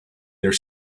their